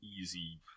easy